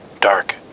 Dark